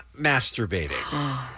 masturbating